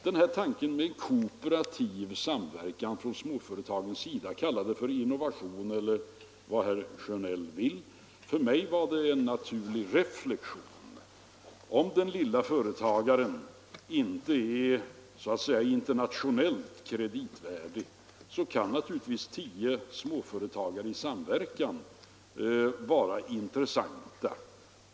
Den här tanken på kooperativ samverkan från småföretagens sida kan heter till upplåning utomlands för mindre och medelstora företag man ju kalla för innovation eller vad herr Sjönell vill. För mig var det en naturlig reflexion att om den lille företagaren inte är så att säga internationellt kreditvärdig, så kan tio småföretagare i samverkan vara intressanta.